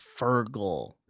Fergal